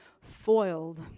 foiled